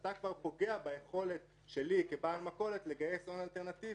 אתה כבר פוגע ביכולת שלי כבעל מכולת לגייס הון אלטרנטיבי,